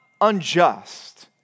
unjust